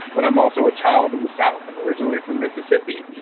but i'm also a child of the south. i'm originally from mississippi.